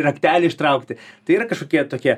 raktelį ištraukti tai yra kažkokie tokie